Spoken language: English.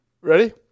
Ready